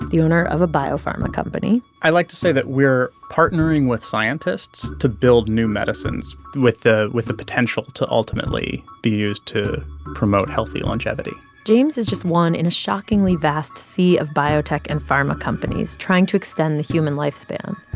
the owner of a biopharma company i like to say that we're partnering with scientists to build new medicines with the with the potential to ultimately be used to promote healthy longevity james is just one in a shockingly vast sea of biotech and pharma companies trying to extend the human lifespan,